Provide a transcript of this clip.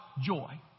joy